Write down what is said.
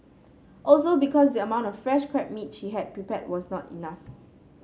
also because the amount of fresh crab meat she had prepared was not enough